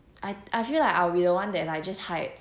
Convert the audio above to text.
I I feel like I'll be the one that like just hides